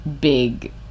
big